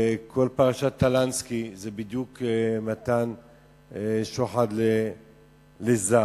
וכל פרשת טלנסקי זה בדיוק מתן שוחד לזר,